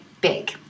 big